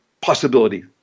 possibility